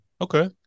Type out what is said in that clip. okay